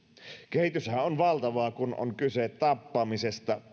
kehityshän on valtavaa kun on kyse tappamisesta